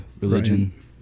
religion